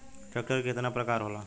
Tractor के केतना प्रकार होला?